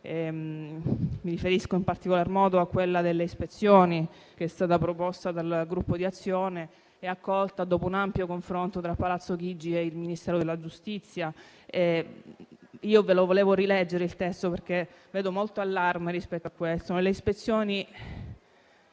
Mi riferisco in particolar modo a quella delle ispezioni che è stata proposta dal Gruppo di Azione e accolta dopo un ampio confronto tra Palazzo Chigi e il Ministero della giustizia. Vorrei rileggere il testo perché vedo molto allarme sul punto: